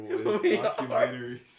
documentaries